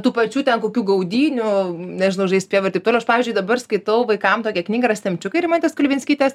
tų pačių ten kokių gaudynių nežinau žaist pievoj ir taip toliau aš pavyzdžiui dabar skaitau vaikam tokią knygą yra semčiukai rimantės kulvinskytės